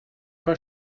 pas